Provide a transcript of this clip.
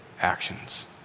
actions